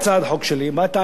מה היתה הטענה שלהם?